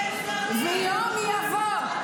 יום יבוא,